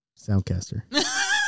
Soundcaster